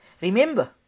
remember